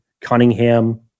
Cunningham